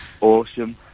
Awesome